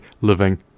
living